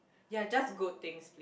yea just good things